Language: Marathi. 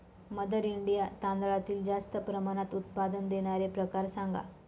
मदर इंडिया तांदळातील जास्त प्रमाणात उत्पादन देणारे प्रकार सांगा